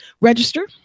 register